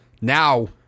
now